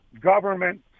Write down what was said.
government